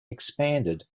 expanded